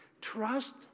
Trust